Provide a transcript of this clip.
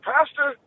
Pastor